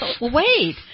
wait